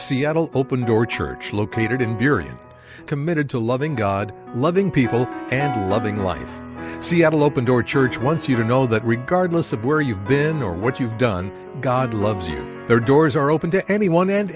seattle open door church located in during committed to loving god loving people and loving life she had an open door church once you to know that regardless of where you've been or what you've done god loves you there doors are open to anyone and